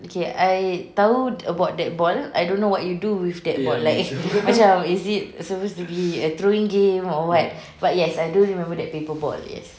okay I tahu about that ball I don't know what you do with that ball like macam is it supposed to be a throwing game or what but yes I do remember that paper ball yes